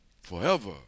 Forever